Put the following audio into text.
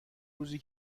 روزی